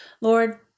Lord